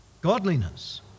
Godliness